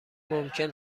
ممکن